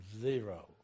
zero